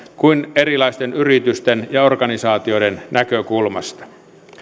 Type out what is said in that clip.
kuin erilaisten yritysten ja organisaatioiden näkökulmasta